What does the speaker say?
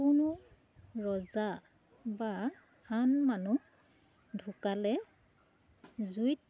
কোনো ৰজা বা আন মানুহ ঢুকালে জুইত